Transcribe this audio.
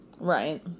Right